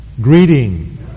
greeting